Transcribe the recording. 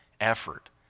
effort